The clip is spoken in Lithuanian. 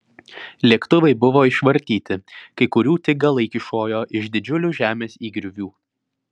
lėktuvai buvo išvartyti kai kurių tik galai kyšojo iš didžiulių žemės įgriuvų